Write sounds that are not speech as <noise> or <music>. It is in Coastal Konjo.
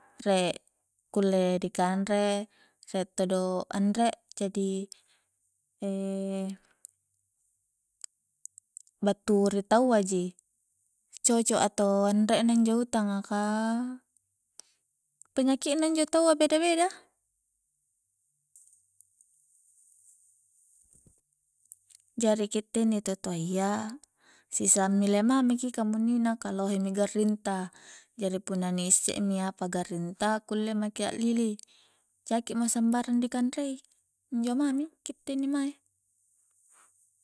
Re' kulle dikanre rie todo anre jadi <hesitation> battu ri taua ji cocok atau anre na injo utanga ka penyaki'na injo taua beda-beda jari kitte inni tau toayya sisa ammile mamiki kamunnina ka lohe mi garring ta jari punna ni isse mi apa garring ta kulle maki a'lili jaki mo sambarang dikanrei injo mami kitte inni mae